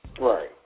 Right